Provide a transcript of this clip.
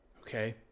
okay